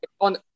on